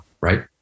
right